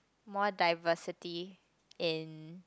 more diversity in